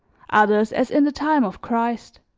others as in the time of christ.